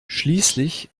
schließlich